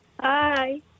hi